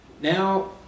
Now